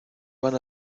van